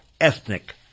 ethnic